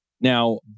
Now